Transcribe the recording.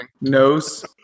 Nose